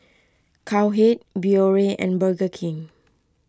Cowhead Biore and Burger King